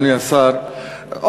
אדוני השר,